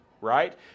right